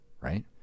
Right